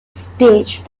staged